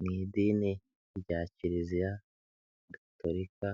Mu idini rya Kiliziya Gatolika